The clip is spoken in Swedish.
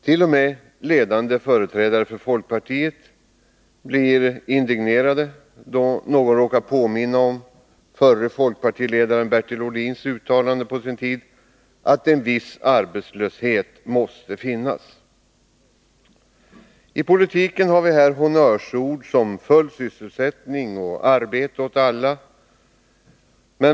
T. o. m. ledande företrädare för folkpartiet blir indignerade då någon råkar påminna om förre folkpartiledaren Bertil Ohlins uttalande på sin tid att en viss arbetslöshet måste finnas. I politiken har vi honnörsord som ”full sysselsättning” och ”arbete åt alla”.